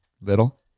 little